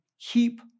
keep